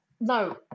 No